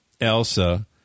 Elsa